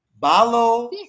Balo